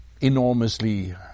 enormously